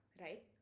right